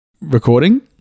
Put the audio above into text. recording